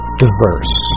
diverse